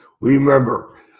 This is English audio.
remember